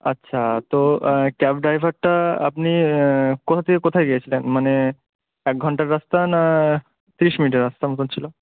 আচ্ছা তো ক্যাব ড্রাইভারটা আপনি কোথা থেকে কোথায় গিয়েছিলেন মানে এক ঘন্টার রাস্তা না তিরিশ মিনিটের রাস্তার মতোন ছিলো